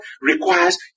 requires